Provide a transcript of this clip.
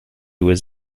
was